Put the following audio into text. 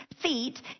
feet